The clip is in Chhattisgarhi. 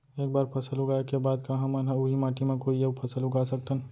एक बार फसल उगाए के बाद का हमन ह, उही माटी मा कोई अऊ फसल उगा सकथन?